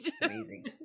amazing